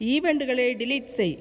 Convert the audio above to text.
ஈவெண்ட்டுகளை delete செய்